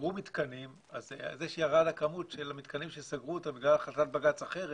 סגרו מתקנים אז יש הערה על מספר המתקנים שסגרו בגלל החלטת בג"ץ אחרת.